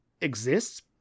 exists